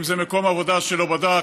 אם זה מקום עבודה שלא בדק,